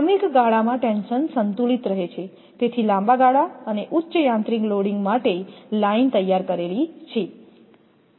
ક્રમિક ગાળામાં ટેન્શન સંતુલિત રહે છે તેથી લાંબા ગાળા અને ઉચ્ચ યાંત્રિક લોડિંગ માટે લાઈન તૈયાર કરેલી છે